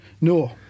No